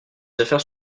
affaires